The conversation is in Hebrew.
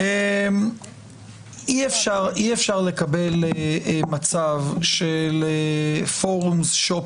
אי אפשר לקבל מצב של Forum shopping